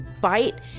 bite